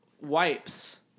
wipes